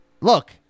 look